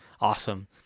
awesome